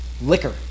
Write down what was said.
Liquor